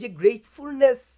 gratefulness